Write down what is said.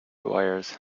wires